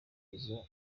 izo